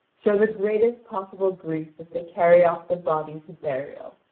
show the greatest possible grief as they carry off the body to burial.